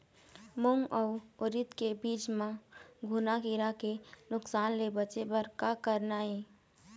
मूंग अउ उरीद के बीज म घुना किरा के नुकसान ले बचे बर का करना ये?